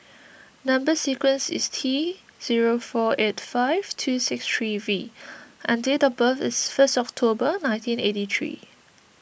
Number Sequence is T zero four eight five two six three V and date of birth is first October nineteen eighty three